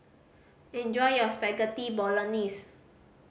enjoy your Spaghetti Bolognese